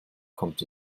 kommt